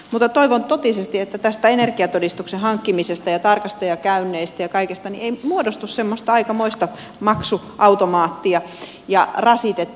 mutta toivon totisesti että tästä energiatodistuksen hankkimisesta ja tarkastajakäynneistä ja kaikesta ei muodostu semmoista aikamoista maksuautomaattia ja rasitetta